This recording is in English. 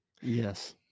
yes